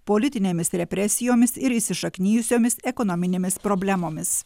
politinėmis represijomis ir įsišaknijusiomis ekonominėmis problemomis